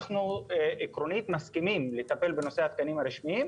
אנחנו עקרונית מסכימים לטפל בנושא התקנים הרשמיים.